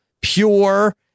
pure